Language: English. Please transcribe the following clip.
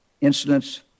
incidents